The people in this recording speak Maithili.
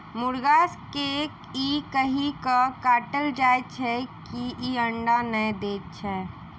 मुर्गा के ई कहि क काटल जाइत छै जे ई अंडा नै दैत छै